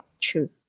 True